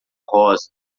rosa